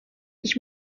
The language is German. ich